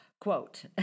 Quote